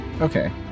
Okay